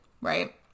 Right